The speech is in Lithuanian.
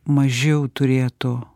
mažiau turėtų